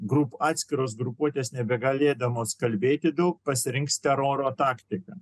atskiros grupuotės nebegalėdamos kalbėti daug pasirinks teroro taktiką